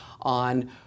on